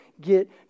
get